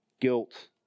guilt